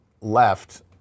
Left